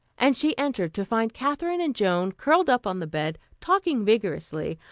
and she entered, to find katherine and joan curled up on the bed, talking vigorously,